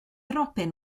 robin